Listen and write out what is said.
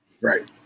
Right